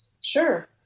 Sure